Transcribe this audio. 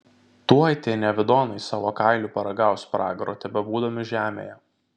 tuoj tie nevidonai savo kailiu paragaus pragaro tebebūdami žemėje